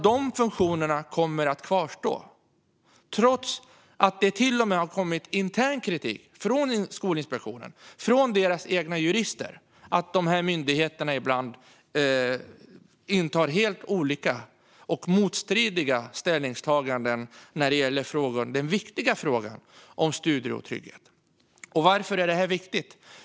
De funktionerna kommer alltså att kvarstå, trots att det till och med har kommit intern kritik från Skolinspektionens egna jurister om att myndigheterna ibland gör helt olika och motstridiga ställningstaganden när det gäller den viktiga frågan om studiero och trygghet. Varför är då detta viktigt?